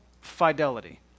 fidelity